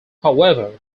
however